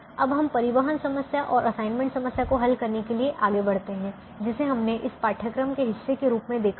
अब हम परिवहन समस्या और असाइनमेंट समस्या को हल करने के लिए आगे बढ़ते हैं जिसे हमने इस पाठ्यक्रम के हिस्से के रूप में देखा है